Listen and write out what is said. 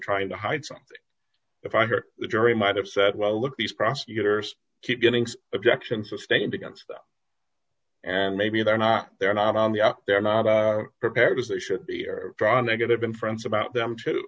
trying to hide something if i heard the jury might have said well look these prosecutors keep getting objection sustained against them and maybe they're not they're not on the up they're not prepared as they should be or draw negative inference about them to